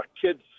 kids